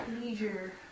Leisure